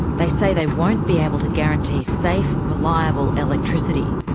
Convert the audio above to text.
they say they won't be able to guarantee safe, reliable electricity.